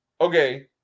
okay